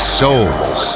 souls